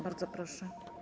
Bardzo proszę.